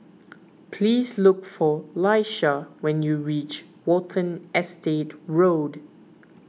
please look for Laisha when you reach Watten Estate Road